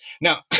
Now